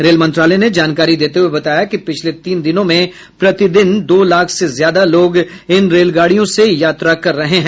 rail मंत्रालय ने जानकारी देते हुये बताया कि पिछले तीन दिनों में प्रतिदिन दो लाख से ज्यादा लोग इन रेलगाड़ियों से यात्रा कर रहे हैं